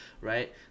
right